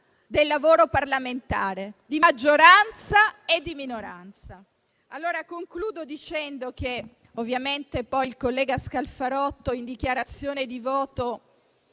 del lavoro parlamentare di maggioranza e di minoranza. Concludo dicendo che poi il collega Scalfarotto, in dichiarazione di voto,